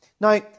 Now